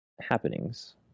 happenings